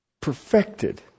perfected